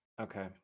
Okay